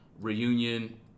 Reunion